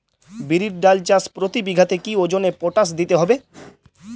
বিরির ডাল চাষ প্রতি বিঘাতে কি ওজনে পটাশ দিতে হবে?